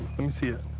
let me see it.